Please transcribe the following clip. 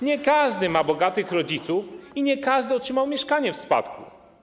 Nie każdy ma bogatych rodziców i nie każdy otrzymał mieszkanie w spadku.